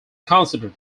considered